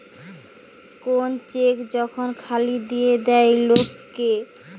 কোন চেক যখন খালি দিয়ে দেয় লোক কে